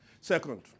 Second